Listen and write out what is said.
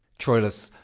troilus,